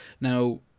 Now